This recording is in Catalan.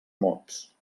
mots